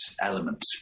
element